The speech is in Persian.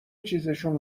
چیزشون